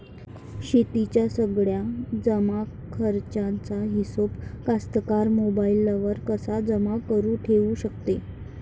शेतीच्या सगळ्या जमाखर्चाचा हिशोब कास्तकार मोबाईलवर कसा जमा करुन ठेऊ शकते?